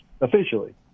officially